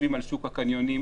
כשחושבים על שוק הקניונים